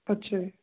ਅੱਛਾ ਜੀ